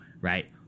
right